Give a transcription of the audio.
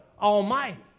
Almighty